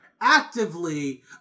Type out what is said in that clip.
actively